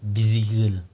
busy girl